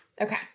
Okay